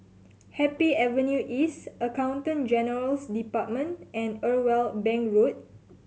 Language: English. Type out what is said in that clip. Happy Avenue East Accountant General's Department and Irwell Bank Road